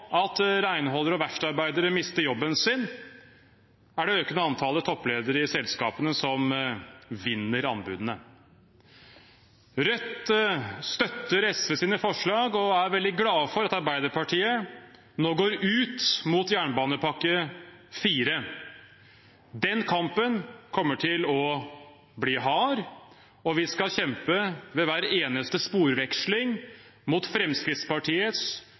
at renholdere og verkstedarbeidere mister jobben sin, er det økende antallet toppledere i selskapene som vinner anbudene. Rødt støtter SVs forslag og er veldig glad for at Arbeiderpartiet nå går ut mot jernbanepakke IV. Den kampen kommer til å bli hard, og vi skal kjempe ved hver eneste sporveksling mot Fremskrittspartiets